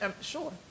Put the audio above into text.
Sure